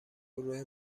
گروه